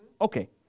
Okay